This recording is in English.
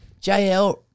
JL